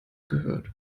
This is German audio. gehört